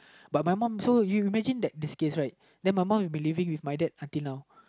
but my mum so you imagine that this case right that my mum will be living with my dad until now